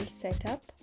setup